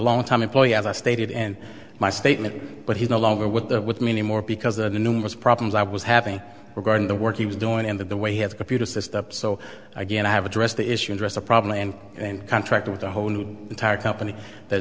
long time employee as i stated in my statement but he's no longer with that with me anymore because of the numerous problems i was having regarding the work he was doing and that the way have a computer system so again i have addressed the issue address a problem and contract with a whole new tire company that